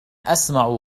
أسمع